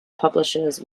publishers